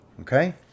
Okay